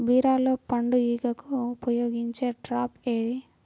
బీరలో పండు ఈగకు ఉపయోగించే ట్రాప్ ఏది?